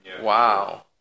Wow